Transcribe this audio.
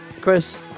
Chris